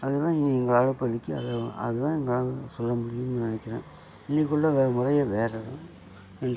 அது தான் இங்கே எங்களால் இப்பதைக்கு அது தான் எங்களால் சொல்ல முடியும்ன்னு நினக்கிறேன் இன்னைக்கு உள்ள முறையே வேறு தான்